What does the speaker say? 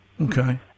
okay